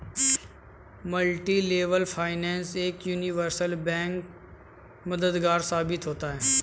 multilevel finance में universal bank मददगार साबित होता है